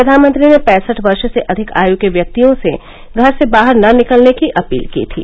प्रधानमंत्री ने पैंसठ वर्ष से अधिक आयु के व्यक्तियों से घर से बाहर न निकलने की अपील की थी